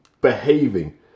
behaving